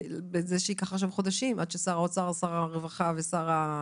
הרי זה יכול לקחת חודשים עד ששר האוצר ושר הרווחה יכריזו.